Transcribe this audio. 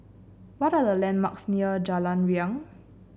what are the landmarks near Jalan Riang